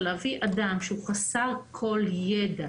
אבל להביא אדם שהוא חסר כל ידע